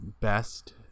best